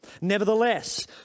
Nevertheless